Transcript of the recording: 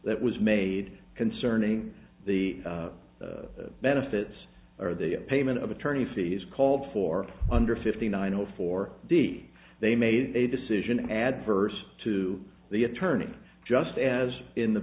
that was made concerning the benefits or the payment of attorney fees called for under fifty nine zero for the they made a decision adverse to the attorney just as in the